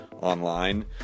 online